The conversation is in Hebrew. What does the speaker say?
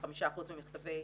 ש-75% ממכתבי